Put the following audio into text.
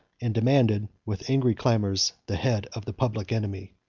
and demanded, with angry clamors, the head of the public enemy.